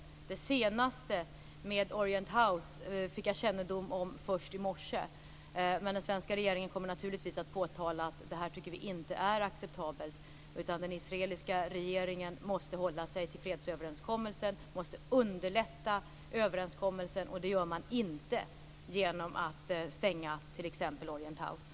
Detta med Orient House fick jag kännedom om först i morse, men den svenska regeringen kommer naturligtvis att påtala att vi inte tycker att detta är acceptabelt. Den israeliska regeringen måste hålla sig till fredsöverenskommelsen och måste också underlätta för denna överenskommelse, och det gör man inte genom att stänga t.ex. Orient House.